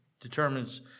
determines